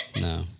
No